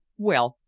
well,